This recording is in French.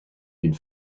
d’une